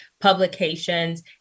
publications